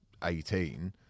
18